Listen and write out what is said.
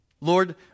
Lord